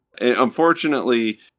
unfortunately